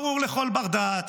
ברור לכל בר-דעת,